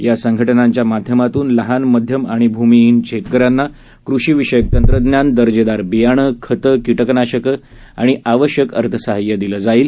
या संघटनांच्या माध्यमातून लहान मध्यम आणि भूमीहीन शेतकऱ्यांना कृषी विषयक तंत्रज्ञान दजेदार बियाणं खतं कीटकनाशक आणि आवश्यक अर्थसहाय्य दिलं जाणार आहे